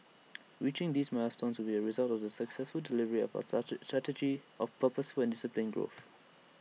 reaching these milestones will be A result of the successful delivery of our such strategy of purposeful and disciplined growth